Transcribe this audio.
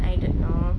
I don't know